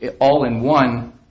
all-in-one